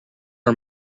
are